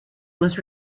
was